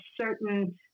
certain